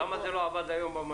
למה זה לא עבד היום?